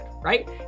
right